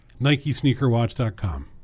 NikeSneakerWatch.com